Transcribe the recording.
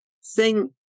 sing